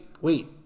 Wait